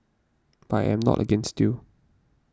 but I am not against you